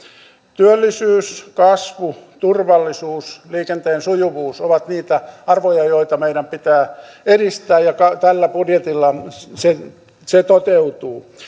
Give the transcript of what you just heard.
työllisyys kasvu turvallisuus liikenteen sujuvuus ovat niitä arvoja joita meidän pitää edistää ja tällä budjetilla se se toteutuu